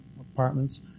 apartments